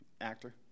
actor